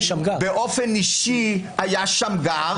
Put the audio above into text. באופן אישי היה שמגר,